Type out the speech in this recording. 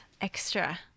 extra